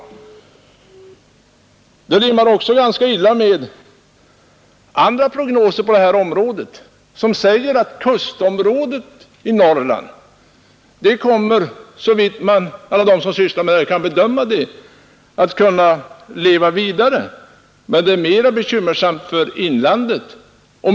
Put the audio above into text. Det rimmar också ganska illa med andra prognoser på detta område som säger att kustområdet i Norrland, såvitt alla de som sysslar med dessa frågor kan bedöma, kommer att leva vidare men att det är mera bekymmersamt för inlandet.